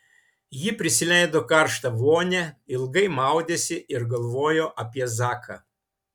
ji prisileido karštą vonią ilgai maudėsi ir galvojo apie zaką